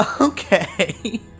Okay